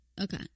Okay